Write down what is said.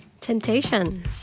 Temptation